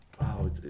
wow